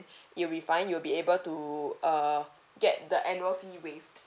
you'll be fine you'll be able to uh get the annual fee waived